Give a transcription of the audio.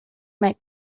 might